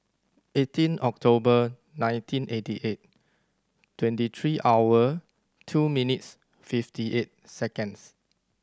eighteen October nineteen eighty eight twenty three hour two minutes fifty eight seconds